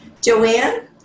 Joanne